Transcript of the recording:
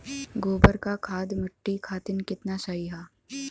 गोबर क खाद्य मट्टी खातिन कितना सही ह?